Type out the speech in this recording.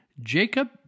Jacob